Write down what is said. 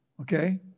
Okay